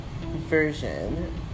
version